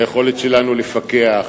היכולת שלנו לפקח,